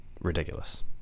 ridiculous